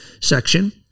section